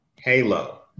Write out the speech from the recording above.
Halo